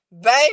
baby